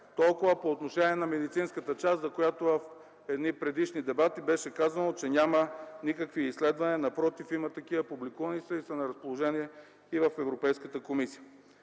Толкова по отношение на медицинската част, за която в едни предишни дебати беше казано, че няма никакви изследвания. Напротив, има такива. Публикувани са и са на разположение в Европейската комисия.